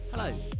Hello